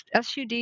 SUD